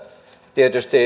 tietysti